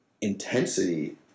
intensity